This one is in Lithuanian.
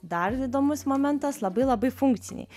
dar įdomus momentas labai labai funkciniai